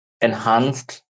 enhanced